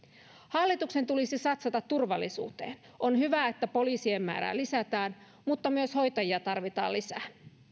hallituksen tulisi satsata turvallisuuteen on hyvä että poliisien määrää lisätään mutta myös hoitajia tarvitaan lisää